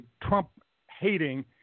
Trump-hating